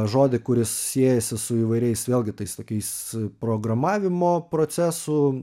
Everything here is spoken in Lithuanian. žodį kuris siejasi su įvairiais vėlgi tais tokiais programavimo procesų